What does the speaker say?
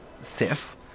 sis